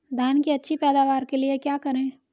धान की अच्छी पैदावार के लिए क्या करें?